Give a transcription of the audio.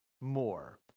more